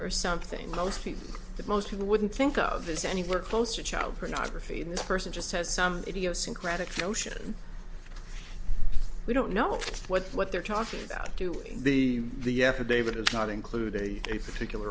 or something most people that most people wouldn't think of is anywhere close to child pornography and this person just has some idiosyncratic notion we don't know what what they're talking about to be the affidavit it's not include a particular